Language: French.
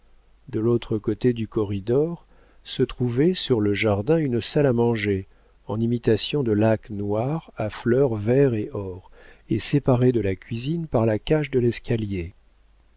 de l'autre côté du corridor se trouvait sur le jardin une salle à manger en imitation de laque noire à fleurs vert et or et séparée de la cuisine par la cage de l'escalier